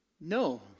No